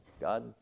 God